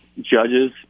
judges